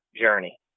journey